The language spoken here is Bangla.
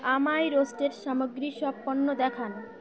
আমায় রোস্টেেড সামগ্রীর সব পণ্য দেখান